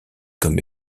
comme